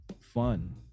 fun